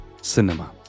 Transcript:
cinema